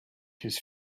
his